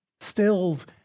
stilled